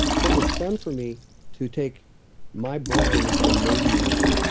so, it was fun for me to take my brain into a navy world.